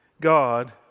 God